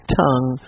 tongue